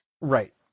right